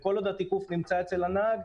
וכל עוד התיקוף נמצא אצל הנהג,